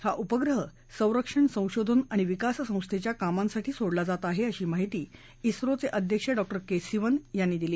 हा उपग्रह संरक्षण संशोधन आणि विकास संस्थेच्या कामांसाठी सोडला जात आहे अशी माहिती स्रोचे अधक्ष डॉ के सिंवन यांनी दिली